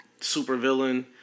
supervillain